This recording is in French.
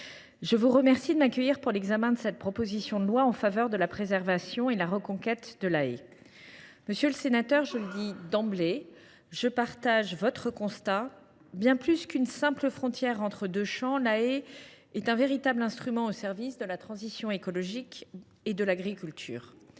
je vous remercie de m’accueillir pour l’examen de cette proposition de loi en faveur de la préservation et de la reconquête de la haie. Monsieur le sénateur Salmon, je le dis d’emblée, je partage votre constat : bien plus qu’une simple frontière entre deux champs, la haie est un véritable instrument au service de la transition écologique et de l’agriculture